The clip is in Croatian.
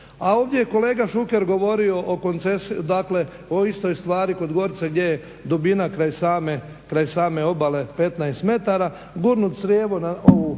a ovdje je kolega Šuker govori o, dakle, o istoj stari kod Gorice gdje je dubina kraj same obale 15 m.